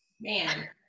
man